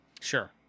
Sure